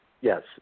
Yes